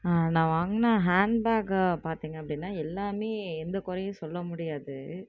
நான் வாங்கின ஹேண்ட்பேக்கை பார்த்திங்க அப்படின்னா எல்லாமே எந்த குறையும் சொல்ல முடியாது